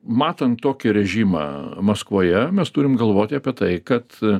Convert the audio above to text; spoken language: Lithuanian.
matant tokį režimą maskvoje mes turim galvoti apie tai kad